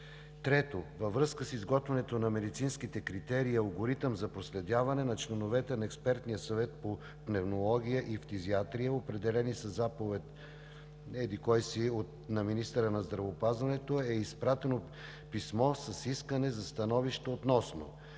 3. Във връзка с изготвянето на медицинските критерии и алгоритъм за проследяване на членовете на експертния съвет по пневмология и фтизиатрия, определени със Заповед № еди-кой си на министъра на здравеопазването, е изпратено писмо с искане за становище относно